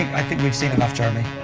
i think we've seen enough, jeremy.